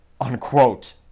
unquote